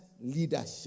leadership